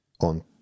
On